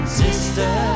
sister